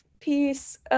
piece